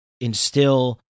instill